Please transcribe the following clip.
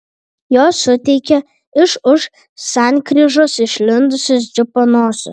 jos suteikė iš už sankryžos išlindusio džipo nosis